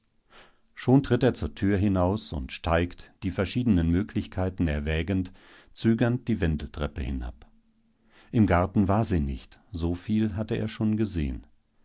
schon tritt er zur tür hinaus und steigt die verschiedenen möglichkeiten erwägend zögernd die wendeltreppe hinab im garten war sie nicht so viel hatte er schon gesehen